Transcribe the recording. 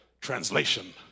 translation